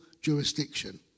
jurisdiction